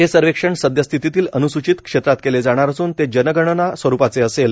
हे सर्वेक्षण सद्यस्थितीतील अन्सूचित क्षेत्रात केले जाणार असून ते जनगणना स्वरूपाचे असेल